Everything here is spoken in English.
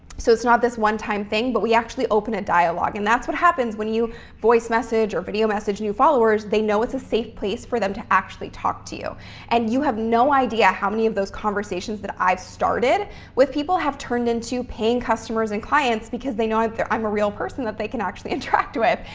so it's not this one time thing, but we actually open a dialogue and that's what happens when you voice message or video message new followers. they know it's a safe place for them to actually talk to you and you have no idea how many of those conversations that i've started with people have turned into paying customers and clients because they know that that i'm a real person that they can actually interact with.